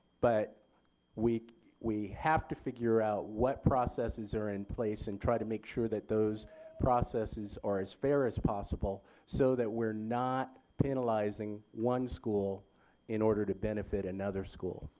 but we we have to figure out what processes are in place and try to make sure that those processes are as fair as possible so that we are not penalizing one school in order to benefit another school.